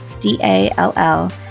d-a-l-l